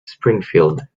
springfield